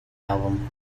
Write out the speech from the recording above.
album